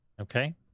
okay